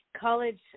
College